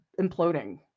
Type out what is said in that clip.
imploding